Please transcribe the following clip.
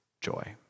joy